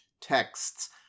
texts